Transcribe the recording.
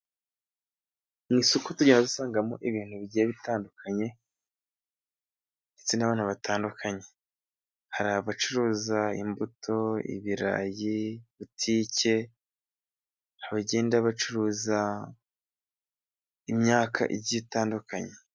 Mu isoko tugenda dusangamo ibintu bigiye bitandukanye ndetse n'abantu batandukanye, hari abacuruza imbuto, ibirayi ,butike, abagenda bacuruza imyaka igiye itandukanye.